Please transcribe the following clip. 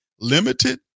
Limited